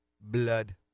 blood